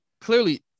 clearly